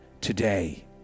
today